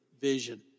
vision